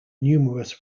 numerous